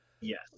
Yes